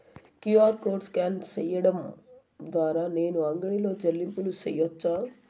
QR code scan సేయడం ద్వారా నేను అంగడి లో చెల్లింపులు సేయొచ్చా?